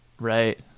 Right